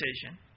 decision